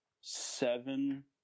seven